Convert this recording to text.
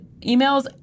emails